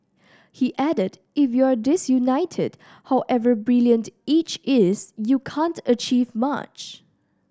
he added If you're disunited however brilliant each is you can't achieve much